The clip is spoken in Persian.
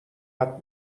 حتما